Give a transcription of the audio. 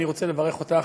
אני רוצה לברך אותך,